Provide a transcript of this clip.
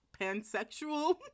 pansexual